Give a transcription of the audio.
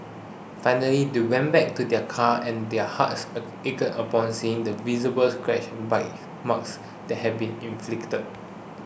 finally they went back to their car and their hearts ached upon seeing the visible scratches and bite marks that had been inflicted